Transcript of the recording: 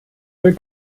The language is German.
will